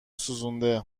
سوزونده